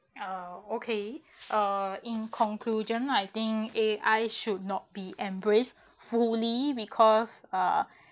uh okay uh in conclusion I think A_I should not be embraced fully because uh